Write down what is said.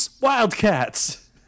Wildcats